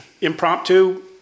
impromptu